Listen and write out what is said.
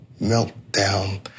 meltdown